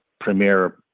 premier